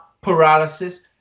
paralysis